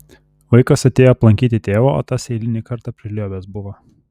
vaikas atėjo aplankyti tėvo o tas eilinį kartą priliuobęs buvo